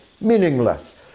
meaningless